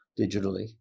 digitally